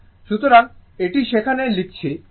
সুতরাং এটি সেখানে লিখেছে তাই এটি আসলে কী r q y